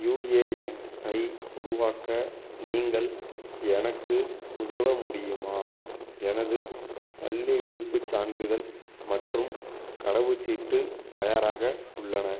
UAN ஐ உருவாக்க நீங்கள் எனக்கு உதவ முடியுமா எனது பள்ளி விடுப்புச் சான்றிதழ் மற்றும் கடவுச்சீட்டு தயாராக உள்ளன